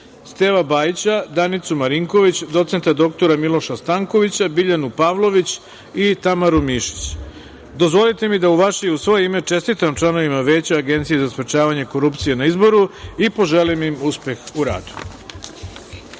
Steva Bajića, Danicu Marinković, doc. dr Miloša Stankovića, Biljanu Pavlović i Tamaru Mišić. Dozvolite mi da u vaše i u svoje ime čestitam članovima Veća Agencije za sprečavanje korupcije na izboru i poželim im uspeh u radu. Peta